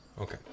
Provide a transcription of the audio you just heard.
okay